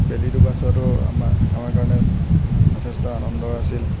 বেলি ডুবা চোৱাটো আমা আমাৰ কাৰণে যথেষ্ট আনন্দৰ আছিল